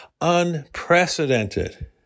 unprecedented